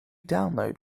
download